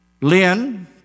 Lynn